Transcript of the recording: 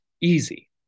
easy